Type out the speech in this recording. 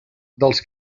dels